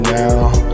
now